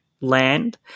land